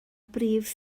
brif